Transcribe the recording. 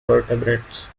vertebrates